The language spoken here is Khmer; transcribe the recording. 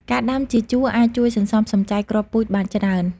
ការដាំជាជួរអាចជួយសន្សំសំចៃគ្រាប់ពូជបានច្រើន។